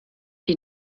die